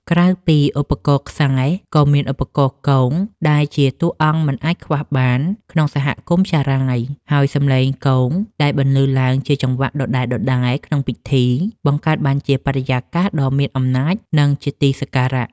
ក្រៅពីឧបករណ៍ខ្សែ ក៏មានឧបករណ៍គងដែលជាតួអង្គមិនអាចខ្វះបានក្នុងសហគមន៍ចារាយ ហើយសម្លេងគងដែលបន្លឺឡើងជាចង្វាក់ដដែលៗក្នុងពិធី បង្កើតបានជាបរិយាកាសដ៏មានអំណាច និងជាទីសក្ការៈ។